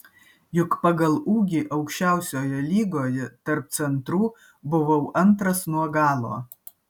juk pagal ūgį aukščiausioje lygoje tarp centrų buvau antras nuo galo